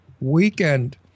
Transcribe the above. Weekend